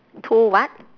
two what